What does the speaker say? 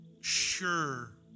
sure